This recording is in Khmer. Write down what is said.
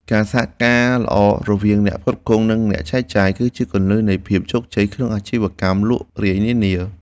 ការសហការល្អរវាងអ្នកផ្គត់ផ្គង់និងអ្នកចែកចាយ គឺជាគន្លឹះនៃភាពជោគជ័យក្នុងអាជីវកម្មលក់រាយនានា។